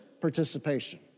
participation